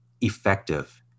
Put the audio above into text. effective